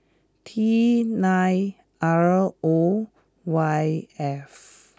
T nine R O Y F